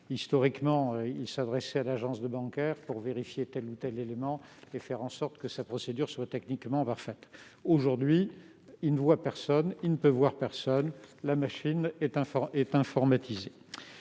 Historiquement, il s'adressait à l'agence bancaire pour vérifier tel ou tel élément et faire en sorte que la procédure soit techniquement parfaite. Aujourd'hui, il ne peut voir personne, car le processus est informatisé.